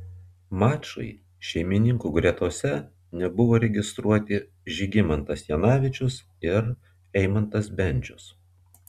mačui šeimininkų gretose nebuvo registruoti žygimantas janavičius ir eimantas bendžius